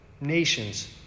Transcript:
nations